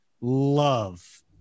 love